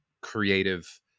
creative